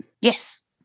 Yes